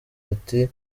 bati